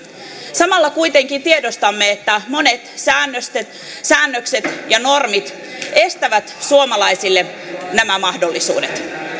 samalla kuitenkin tiedostamme että monet säännökset ja normit estävät suomalaisilta nämä mahdollisuudet